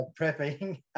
prepping